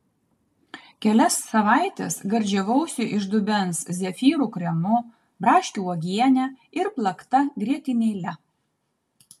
kelias savaites gardžiavausi iš dubens zefyrų kremu braškių uogiene ir plakta grietinėle